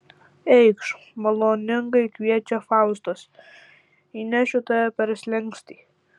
eikš maloningai kviečia faustas įnešiu tave per slenkstį